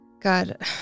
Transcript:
God